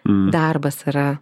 darbas yra